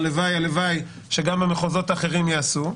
הלוואי הלוואי שגם במחוזות אחרים יעשו,